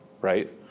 right